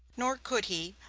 nor could he,